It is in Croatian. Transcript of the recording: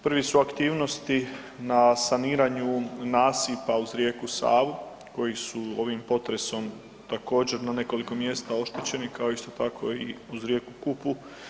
Prvi su aktivnosti na saniranju nasipa uz rijeku Savu koji su ovim potresom također na nekoliko mjesta oštećeni kao isto tako i uz rijeku Kupu.